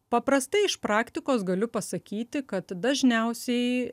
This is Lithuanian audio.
paprastai iš praktikos galiu pasakyti kad dažniausiai